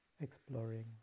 Exploring